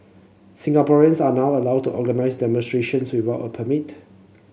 Singaporeans are now allowed to organise demonstrations without a permit